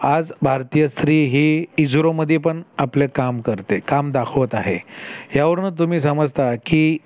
आज भारतीय स्त्री ही इजरोमध्ये पण आपले काम करते काम दाखवत आहे ह्यावरूनच तुम्ही समजता की